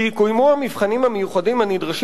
כי יקוימו המבחנים המיוחדים הנדרשים